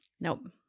nope